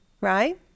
Right